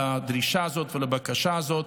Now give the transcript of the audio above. לדרישה הזאת ולבקשה הזאת,